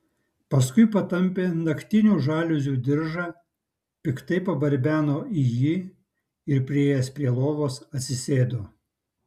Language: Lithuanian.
paskui patampė naktinių žaliuzių diržą piktai pabarbeno į jį ir priėjęs prie lovos atsisėdo